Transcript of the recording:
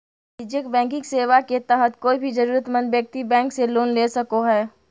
वाणिज्यिक बैंकिंग सेवा के तहत कोय भी जरूरतमंद व्यक्ति बैंक से लोन ले सको हय